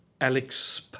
Alex